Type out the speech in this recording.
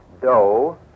dough